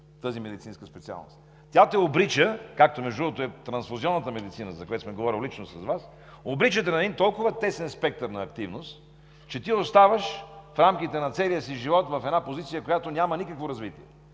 Тя те обрича – както, между другото, е трансфузионната медицина, за което съм говорил лично с Вас – на един толкова тесен спектър на активност, че ти оставаш в рамките на целия си живот в една позиция, която няма никакво развитие.